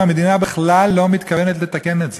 והמדינה בכלל לא מתכוונת לתקן את זה.